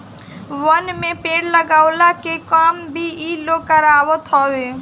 वन में पेड़ लगवला के काम भी इ लोग करवावत हवे